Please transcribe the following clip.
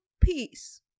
peace